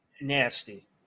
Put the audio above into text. Nasty